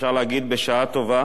אפשר להגיד בשעה טובה